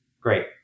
great